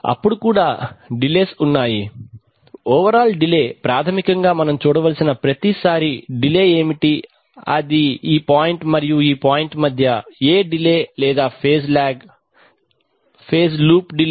అప్పుడు కూడా డిలేస్ ఉన్నాయి ఓవరాల్ డిలే ప్రాథమికంగా మనం చూడవలసిన ప్రతిసారీ డిలే ఏమిటి అది ఈ పాయింట్ మరియు ఈ పాయింట్ మధ్య ఏ డిలే లేదా phase lag phase loop delay